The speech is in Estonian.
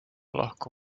lahku